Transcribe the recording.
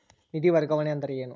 ನಿಧಿ ವರ್ಗಾವಣೆ ಅಂದರೆ ಏನು?